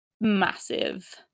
massive